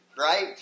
Right